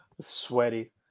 Sweaty